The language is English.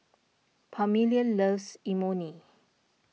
Permelia loves Imoni